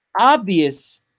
obvious